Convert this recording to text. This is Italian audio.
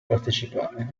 partecipare